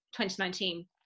2019